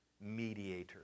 mediator